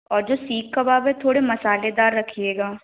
और जो सीक कबाब है थोड़े मसालेदार रखिएगा